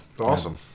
Awesome